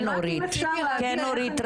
כן, אורית.